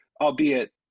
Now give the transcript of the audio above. albeit